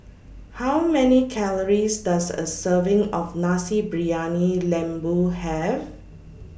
How Many Calories Does A Serving of Nasi Briyani Lembu Have